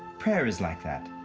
prayer is like that.